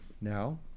Now